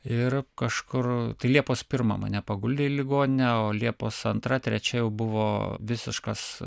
ir kažkur liepos pirmą mane paguldė į ligoninę o liepos antra trečia jau buvo visiškas